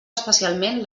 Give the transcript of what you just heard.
especialment